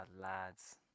lads